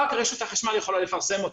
רק רשות החשמל יכולה לפרסם אותה,